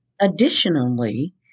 Additionally